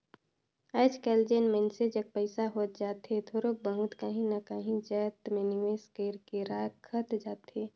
आएज काएल जेन मइनसे जग पइसा होत जाथे थोरोक बहुत काहीं ना काहीं जाएत में निवेस कइर के राखत जाथे